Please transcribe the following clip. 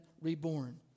reborn